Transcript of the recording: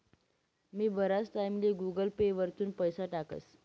मी बराच टाईमले Google pay वरथून पैसा टाकस